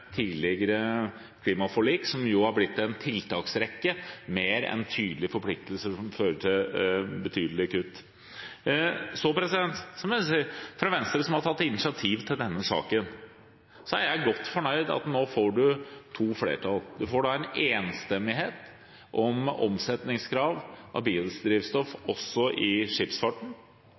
klimaforlik – som jo har blitt en tiltaksrekke mer enn tydelige forpliktelser som fører til betydelige kutt. Så må jeg fra Venstres side, som har tatt initiativ til denne saken, si at jeg er godt fornøyd med at man nå får to flertall. Man får en enstemmighet om omsetningskrav for biodrivstoff også i skipsfarten,